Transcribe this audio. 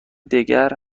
دیگر